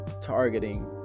targeting